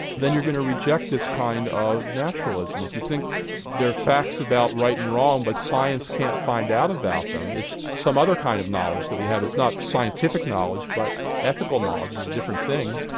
then you're going to reject this kind of naturalism. if you think there are facts about right and wrong, but science can't find out about them, it's some other kind of knowledge that we have, it's not scientific knowledge but ethical knowledge a different thing.